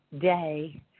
day